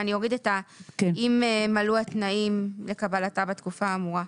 ואני אוריד את אם מלאו התנאים לקבלתה בתקופה האמורה.